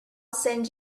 send